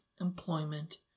employment